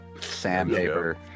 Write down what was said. Sandpaper